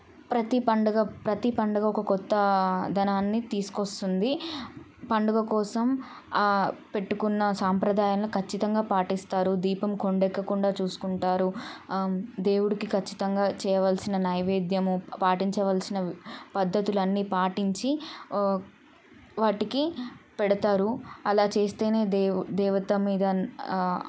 ప్రతీ పండగ ప్రతీ పండగ ఒక కొత్త ధనాన్ని తీసుకొస్తుంది పండగ కోసం పెట్టుకున్న సాంప్రదాయాలను ఖచ్చితంగా పాటిస్తారు దీపం కొండ ఎక్కకుండా చూసుకుంటారు దేవుడికి ఖచ్చితంగా చేయవలసిన నైవేద్యము పాటించవలసిన పద్ధతులన్నీ పాటించి వాటికి పెడతారు అలా చేస్తేనే దేవుడు దేవత మీద